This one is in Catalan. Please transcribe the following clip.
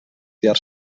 fiar